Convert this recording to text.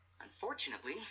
Unfortunately